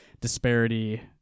disparity